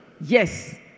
Yes